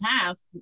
tasks